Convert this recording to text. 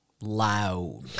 loud